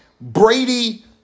Brady